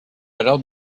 alors